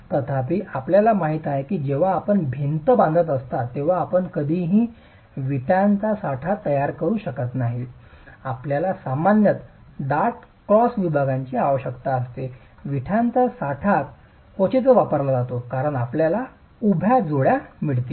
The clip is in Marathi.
तथापि आपल्याला माहिती आहे की जेव्हा आपण भिंत बांधत असता तेव्हा आपण कधीही विटाचा साठा तयार करु शकत नाही आपल्याला सामान्यत दाट क्रॉस विभागांची आवश्यकता असते विटांचा साठा क्वचितच वापरला जातो कारण आपल्याला उभ्या जोड्या मिळतील